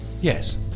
Yes